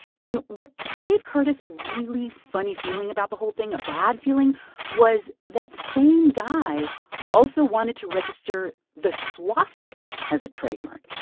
and what gave curtis a really funny feeling about the whole thing a bad feeling was that same guy also wanted to register the swastika as a trademark.